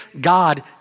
God